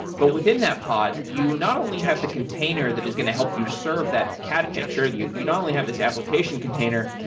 but within that pod, you not only have the container that is going to help you serve that cat picture. you and you don't only have this application container.